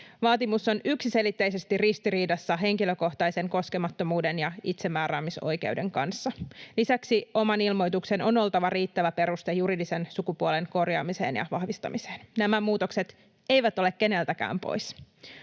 Vaatimus on yksiselitteisesti ristiriidassa henkilökohtaisen koskemattomuuden ja itsemääräämisoikeuden kanssa. Lisäksi oman ilmoituksen on oltava riittävä peruste juridisen sukupuolen korjaamiseen ja vahvistamiseen. Nämä muutokset eivät ole keneltäkään pois.